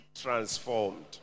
Transformed